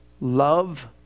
love